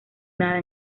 nada